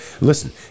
listen